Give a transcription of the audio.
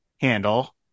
handle